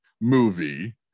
movie